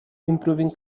improving